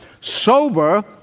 Sober